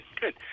good